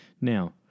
Now